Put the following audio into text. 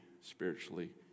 spiritually